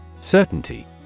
Certainty